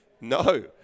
No